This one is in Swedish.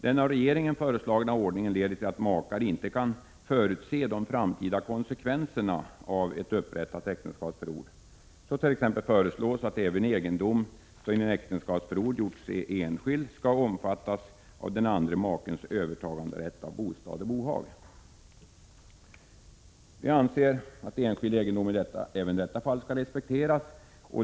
Den av regeringen föreslagna ordningen leder till att makar inte kan förutse de framtida konsekvenserna av ett upprättat äktenskapsförord. Så t.ex. föreslås att även egendom som genom äktenskapsförord gjorts till enskild skall omfattas av den andre makens övertaganderätt beträffande bostad och bohag. Vi anser att enskild egendom även i detta fall skall respekteras.